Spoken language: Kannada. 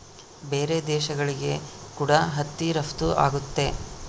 ಬೇರೆ ದೇಶಗಳಿಗೆ ಕೂಡ ಹತ್ತಿ ರಫ್ತು ಆಗುತ್ತೆ